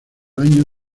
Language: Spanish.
año